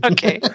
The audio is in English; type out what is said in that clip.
Okay